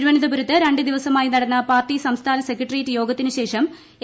തിരുവനന്തപുരത്ത് രണ്ട് ദിവസമായി നടന്ന പാർട്ടി സംസ്ഥാന സെക്രട്ടേറിയറ്റ് യോഗത്തിന് ശേഷം എ